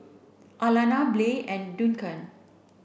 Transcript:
Alana Blair and Duncan